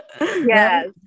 yes